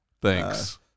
Thanks